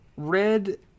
red